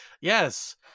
Yes